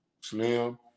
Slim